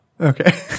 Okay